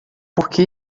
que